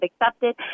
accepted